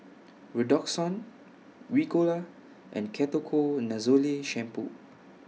Redoxon Ricola and Ketoconazole Shampoo